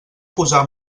posar